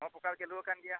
ᱱᱚ ᱯᱨᱚᱠᱟᱨ ᱪᱟᱹᱞᱩ ᱟᱠᱟᱱ ᱜᱮᱭᱟ